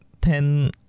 ten